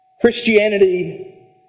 Christianity